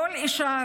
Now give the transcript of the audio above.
כל אישה,